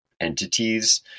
entities